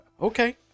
Okay